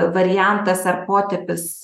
variantas ar potipis